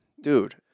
Dude